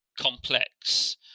complex